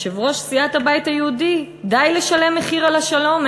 יושבת-ראש סיעת הבית היהודי: די לשלם מחיר על השלום,